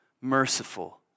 merciful